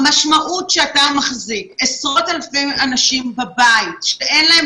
יש הרבה מאוד אנשים בימים הראשונים שלא הצליחו להגיע